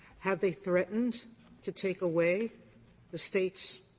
have they threatened to take away the state's